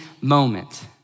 moment